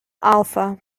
alpha